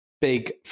big